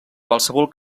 qualsevol